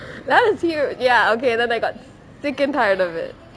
ya it's huge ya okay then I got sick and tired of it